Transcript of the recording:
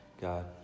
God